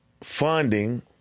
funding